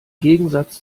gegensatz